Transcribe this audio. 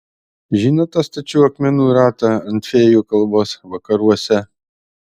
žinot tą stačių akmenų ratą ant fėjų kalvos vakaruose